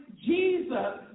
Jesus